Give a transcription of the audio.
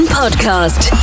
podcast